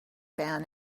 ban